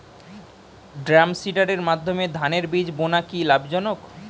ড্রামসিডারের মাধ্যমে ধানের বীজ বোনা কি লাভজনক?